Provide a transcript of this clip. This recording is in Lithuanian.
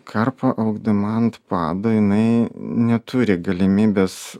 karpa augdama ant pado jinai neturi galimybės